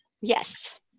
Yes